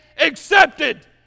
accepted